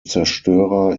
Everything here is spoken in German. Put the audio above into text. zerstörer